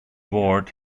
ward